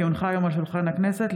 כי הונחה היום על שולחן הכנסת,